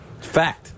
Fact